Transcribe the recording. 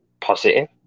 positive